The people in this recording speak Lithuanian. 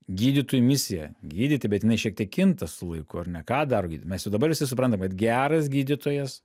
gydytojų misija gydyti bet jinai šiek tiek kinta su laiku ar ne ką daro gydytojai mes jau dabar visi suprantam kad geras gydytojas